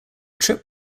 trip